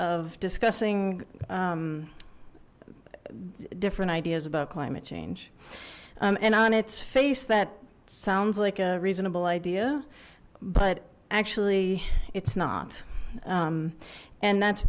of discussing different ideas about climate change and on its face that sounds like a reasonable idea but actually it's not and that's